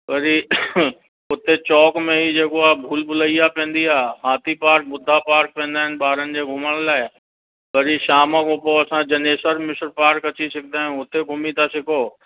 वरी हुते चौक में ई जेको आहे भूल भुलैया पवंदी आहे हाथी पार्क बुद्धा पार्क पवंदा आहिनि ॿारनि जे घुमण लाइ वरी शाम खां पोइ असां जनेश्वर मिश्र पार्क अची सघंदा आहियूं हुते घुमी था सघो